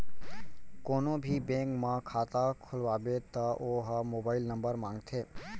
कोनो भी बेंक म खाता खोलवाबे त ओ ह मोबाईल नंबर मांगथे